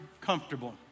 comfortable